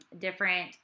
different